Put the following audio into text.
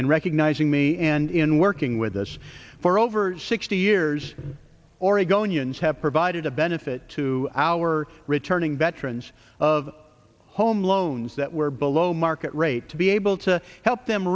in recognizing me and in working with us for over sixty years oregonians have provided a benefit to our returning veterans of home loans that were below market rate to be able to help them